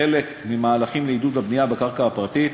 חלק ממהלכים לעידוד הבנייה בקרקע הפרטית,